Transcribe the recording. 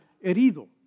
herido